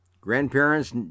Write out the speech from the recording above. grandparents